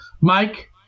Mike